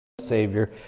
Savior